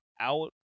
out